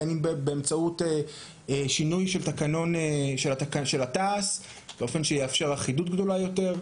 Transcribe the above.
בין אם באמצעות שינוי התע"ס באופן שיאפשר אחידות גדולה יותר.